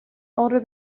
older